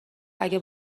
اگه